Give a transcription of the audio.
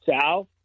south